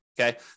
Okay